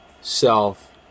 self